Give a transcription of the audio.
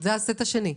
זה הסט השני.